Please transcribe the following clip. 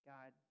God